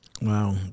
Wow